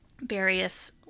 various